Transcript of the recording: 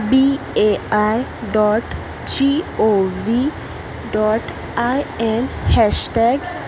B A I dot G O V dot I N hashtag